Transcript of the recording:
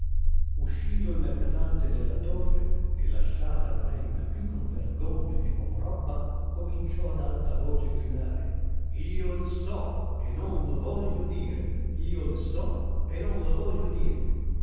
uscito il mercatante della torre e lasciata la reina più con vergogna che con robba cominciò ad alta voce gridare io il so e non lo voglio dire io il so e non lo voglio dire